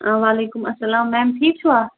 وعلیکم اسلام میم ٹھیٖک چھِوٕ